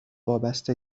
وابسته